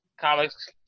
comics